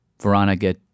Veronica